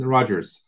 Rogers